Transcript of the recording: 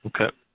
Okay